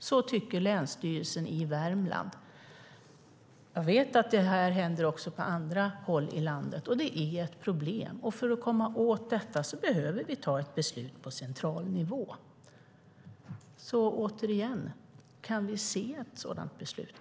Det tycker länsstyrelsen i Värmland. Jag vet att detta också händer på andra håll i landet. Det är ett problem. För att komma åt detta behöver vi fatta ett beslut på central nivå. Så återigen: Kan vi få se ett sådant beslut?